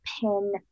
pin